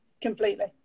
completely